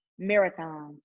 marathons